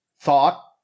Thought